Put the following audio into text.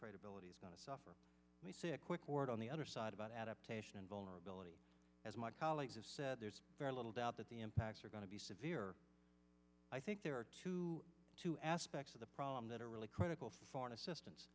credibility is going to suffer we say a quick word on the other side about adaptation and vulnerability as my colleague has said there's very little doubt that the impacts are going to be severe i think there are two two aspects of the problem that are really critical for foreign assistance